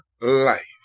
life